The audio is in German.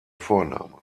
vorname